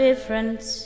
Difference